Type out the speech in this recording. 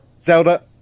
Zelda